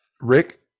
Rick